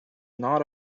not